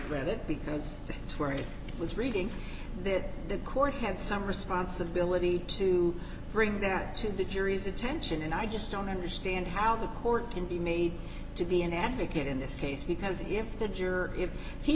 read it because it's where i was reading there the court had some responsibility to bring that to the jury's attention and i just don't understand how the court can be made to be an advocate in this case because if